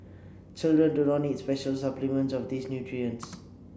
children do not need special supplements of these nutrients